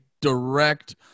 direct